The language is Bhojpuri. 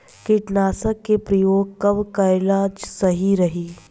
कीटनाशक के प्रयोग कब कराल सही रही?